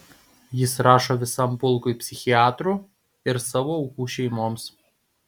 jis rašo visam pulkui psichiatrų ir savo aukų šeimoms